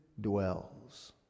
dwells